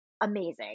amazing